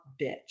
bitch